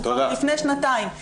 שהוא כבר מלפני שנתיים.